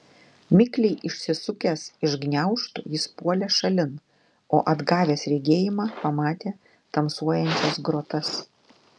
mikliai išsisukęs iš gniaužtų jis puolė šalin o atgavęs regėjimą pamatė tamsuojančias grotas